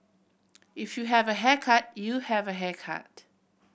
if you have a haircut you have a haircut